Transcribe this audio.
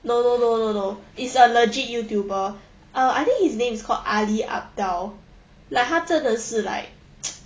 no no no no no it's a legit youtuber uh I think his name is called ali abdul like 他真的是 like